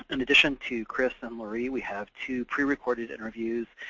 and addition to chris and loree, we have two pre-recorded interviews,